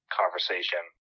conversation